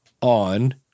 on